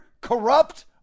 Corrupt